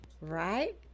Right